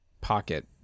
pocket